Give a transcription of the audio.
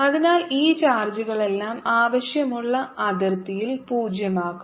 അതിനാൽ ഈ ചാർജുകളെല്ലാം ആവശ്യമുള്ള അതിർത്തിയിൽ പൂജ്യമാക്കും